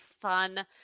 fun